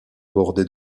bordé